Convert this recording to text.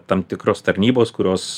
tam tikros tarnybos kurios